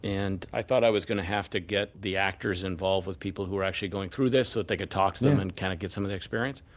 and i thought i was going to have to get the actors involved with people who were actually going through this, so they could talk to them and kind of get some of their experience.